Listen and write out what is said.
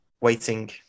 waiting